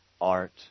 art